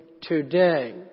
today